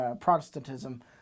Protestantism